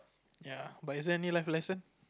ya but is there any life lesson